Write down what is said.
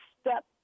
step